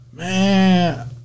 Man